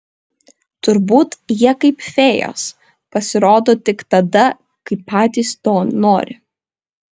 turbūt jie kaip fėjos pasirodo tik tada kai patys to nori